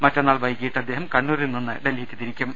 മറ്റന്നാൾ വൈകീട്ട് അദ്ദേഹം കണ്ണൂരിൽ നിന്നും ഡൽഹിക്ക് മടങ്ങും